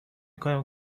کنم